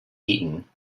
eton